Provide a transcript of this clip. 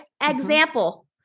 Example